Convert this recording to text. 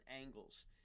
angles